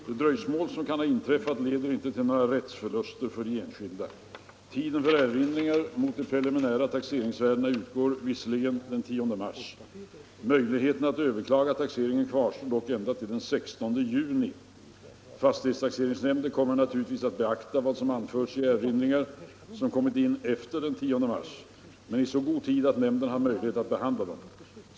Det dröjsmål som kan ha inträffat leder inte till några rättsförluster för de enskilda. Tiden för erinringar mot de preliminära taxeringsvärdena utgår visserligen den 10 mars. Möjligheten att överklaga taxeringen kvarstår dock ända till den 16 juni. Fastighetstaxeringsnämnden kommer naturligtvis att beakta vad som anförts i erinringar som kommit in efter den 10 mars men i så god tid att nämnden har möjlighet att behandla dem.